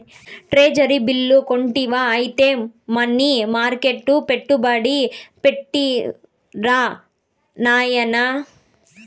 treasury bill కొంటివా ఐతే money మర్కెట్ల పెట్టుబడి పెట్టిరా నాయనా